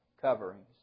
coverings